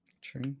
True